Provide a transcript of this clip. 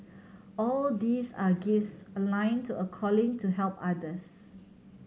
all these are gifts aligned to a calling to help others